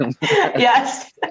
Yes